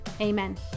amen